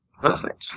Perfect